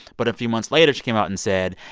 but a few months later, she came out and said,